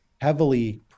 heavily